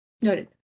Noted